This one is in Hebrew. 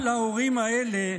גם להורים האלה,